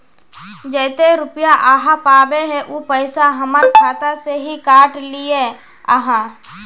जयते रुपया आहाँ पाबे है उ पैसा हमर खाता से हि काट लिये आहाँ?